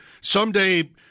someday